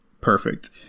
perfect